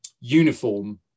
uniform